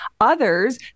Others